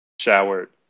showered